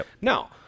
Now